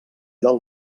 del